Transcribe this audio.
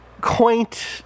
quaint